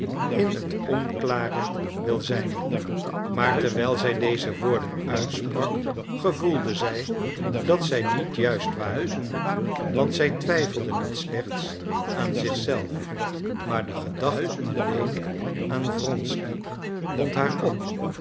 in t onklare wil zijn maar terwijl zij deze woorden uitsprak gevoelde zij dat zij niet juist waren want zij twijfelde niet slechts aan zich zelf maar de gedachte alleen aan wronsky wond haar op